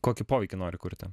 kokį poveikį nori kurti